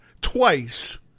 twice